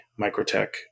microtech